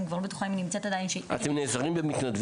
אני לא בטוחה אם היא נמצאת עדיין --- האם אתם נעזרים במתנדבים?